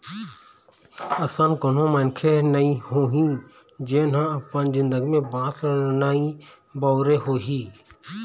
अइसन कोनो मनखे नइ होही जेन ह अपन जिनगी म बांस ल नइ बउरे होही